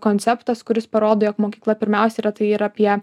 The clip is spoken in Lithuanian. konceptas kuris parodo jog mokykla pirmiausiai yra tai yra apie